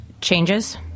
changes